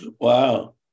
Wow